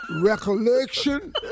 recollection